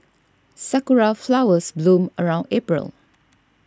sakura flowers bloom around April